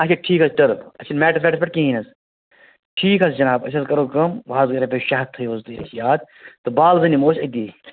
آچھا ٹھیٖک حظ ٹٔرٕف اَسہِ چھِنہٕ میٹَس ویٹَس پٮ۪ٹھ کِہیٖنۍ حظ ٹھیٖک حظ چھِ جناب أسۍ حظ کَرو کٲم وۄنۍ حظ گٔے رۄپیَس شےٚ ہَتھ تھٲیِو حظ تُہۍ اَسہِ یاد تہٕ بال وۄنۍ نِمو أسۍ أتی